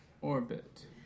orbit